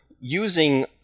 using